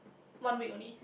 one week only